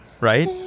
Right